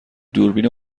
دوربین